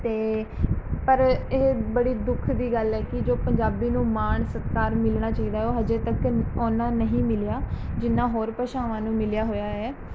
ਅਤੇ ਪਰ ਇਹ ਬੜੀ ਦੁੱਖ ਦੀ ਗੱਲ ਹੈ ਕਿ ਜੋ ਪੰਜਾਬੀ ਨੂੰ ਮਾਣ ਸਤਿਕਾਰ ਮਿਲਣਾ ਚਾਹੀਦਾ ਹੈ ਉਹ ਹਜੇ ਤੱਕ ਉਨਾਂ ਨਹੀਂ ਮਿਲਿਆ ਜਿੰਨਾਂ ਹੋਰ ਭਾਸ਼ਾਵਾਂ ਨੂੰ ਮਿਲਿਆ ਹੋਇਆ ਹੈ